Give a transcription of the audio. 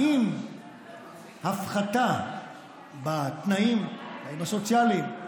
האם הפחתה בתנאים, בתנאים הסוציאליים,